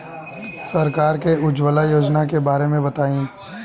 सरकार के उज्जवला योजना के बारे में बताईं?